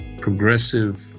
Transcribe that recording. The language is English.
progressive